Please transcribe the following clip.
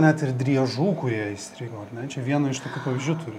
net ir driežų kurie įstrigo ar ne čia vieną iš tokių pavyzdžių turi